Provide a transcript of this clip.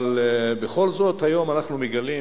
אבל בכל זאת היום אנחנו מגלים,